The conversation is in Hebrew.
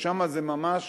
ששם זה ממש